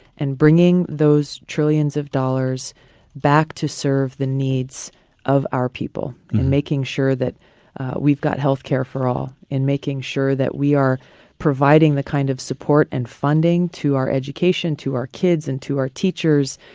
and bringing those trillions of dollars back to serve the needs of our people, making sure that we've got health care for all and making sure that we are providing the kind of support and funding to our education, to our kids and to our teachers,